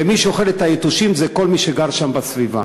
ומי שאוכל את היתושים זה כל מי שגר שם בסביבה.